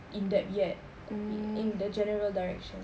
in depth yet in the general direction